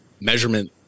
measurement